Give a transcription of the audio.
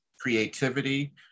creativity